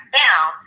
down